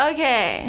Okay